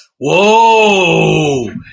Whoa